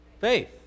faith